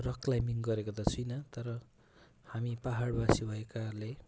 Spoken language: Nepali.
रक क्लाइमबिङ गरेको त छुइनँ तर हामी पहाडवासी भएकाले